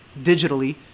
digitally